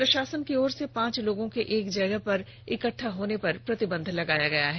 प्रषासन की ओर से पांच लोगों के एक जगह पर इकट्ठा होने पर प्रतिबंध लगाया गया है